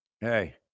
Hey